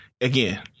Again